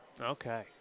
Okay